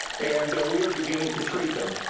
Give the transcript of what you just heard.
and we are beginning to treat them.